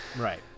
right